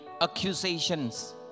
accusations